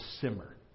simmer